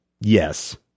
yes